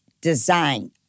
design